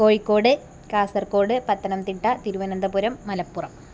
Kozhikode Kasaragod Pathanamthitta Thiruvananthapuram Malappuram